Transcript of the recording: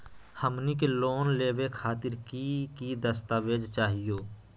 हमनी के लोन लेवे खातीर की की दस्तावेज चाहीयो?